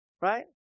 right